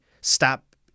stop